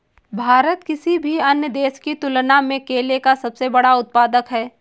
भारत किसी भी अन्य देश की तुलना में केले का सबसे बड़ा उत्पादक है